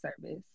service